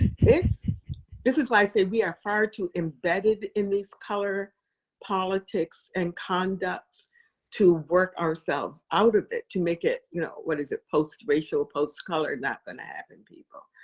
this is why i say, we are far too embedded in these color politics and conducts to work ourselves out of it to make it, you know what is it post-racial, post-colored. not going to happen, people.